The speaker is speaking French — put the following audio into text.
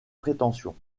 prétentions